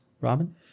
Robin